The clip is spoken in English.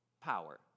power